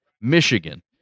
Michigan